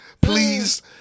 please